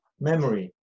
memory